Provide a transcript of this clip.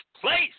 place